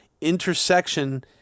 intersection